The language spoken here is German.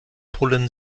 polen